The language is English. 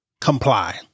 comply